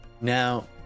now